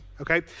okay